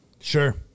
Sure